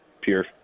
pure